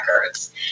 records